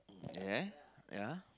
ya ya